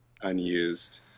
unused